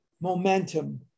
momentum